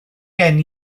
gen